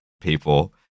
people